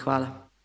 Hvala.